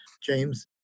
James